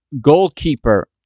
goalkeeper